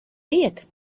iet